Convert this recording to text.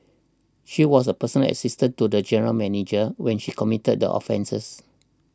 she was a personal assistant to the general manager when she committed the offences